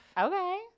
Okay